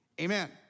Amen